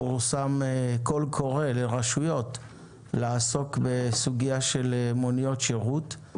פורסם קול קורא לרשויות לעסוק בסוגיה של מוניות שירות.